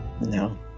no